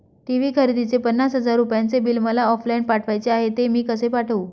TV खरेदीचे पन्नास हजार रुपयांचे बिल मला ऑफलाईन पाठवायचे आहे, ते मी कसे पाठवू?